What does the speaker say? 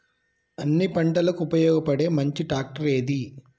అన్ని పంటలకు ఉపయోగపడే మంచి ట్రాక్టర్ ఏది?